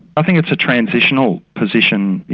i think it's a transitional position.